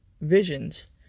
Visions